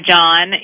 John